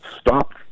stop